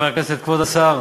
המרכזת של סיעת מרצ וסיעת המחנה